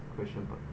question first